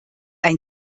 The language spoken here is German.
ein